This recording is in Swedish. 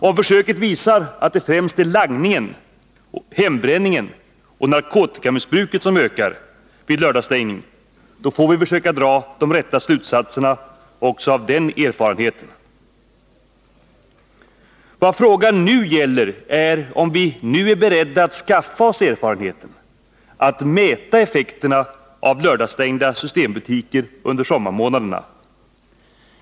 Om försöket visar att det främst är langningen, hembränningen och narkotikamissbruket som ökar vid lördagsstängning, då får vi försöka dra de rätta slutsatserna också av den erfarenheten. Vad frågan gäller är om vi nu är beredda att skaffa oss erfarenheten genom att mäta effekterna av lördagsstängda systembutiker under sommarmånaderna.